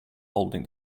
holding